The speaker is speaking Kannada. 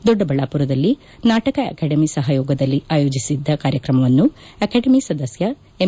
ದೊಡ್ಡಬಳ್ಳಾಪುರದಲ್ಲಿ ನಾಟಕ ಅಕಾಡೆಮಿ ಸಹಯೋಗದಲ್ಲಿ ಆಯೋಜಿಸಿದ್ದ ಕಾರ್ಯಕ್ರಮವನ್ನು ಅಕಾಡೆಮಿ ಸದಸ್ಯ ಎಂ